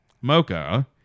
Mocha